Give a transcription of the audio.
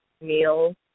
meal